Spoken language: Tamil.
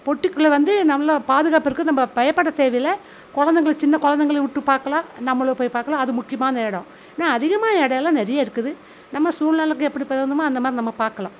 பொட்டிக்குள்ளே வந்து நல்ல பாதுகாப்பு இருக்குது நம்ப பயப்பட தேவையில்ல கொழந்தைங்கள சின்ன கொழந்தைங்கள விட்டு பார்க்கலாம் நம்மளும் போய் பார்க்கலாம் அது முக்கியமான எடம் இன்னும் அதிகமான எடோலாம் நிறைய இருக்குது நம்ம சூழ்நெலைக்கு எப்படி போகணுமோ அந்தமாதிரி நம்ம பார்க்கலாம்